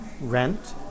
rent